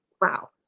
wow